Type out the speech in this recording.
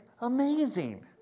amazing